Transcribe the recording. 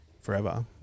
forever